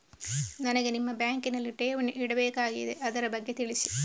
ನನಗೆ ನಿಮ್ಮ ಬ್ಯಾಂಕಿನಲ್ಲಿ ಠೇವಣಿ ಇಡಬೇಕಾಗಿದೆ, ಅದರ ಬಗ್ಗೆ ತಿಳಿಸಿ